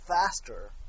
faster